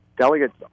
delegates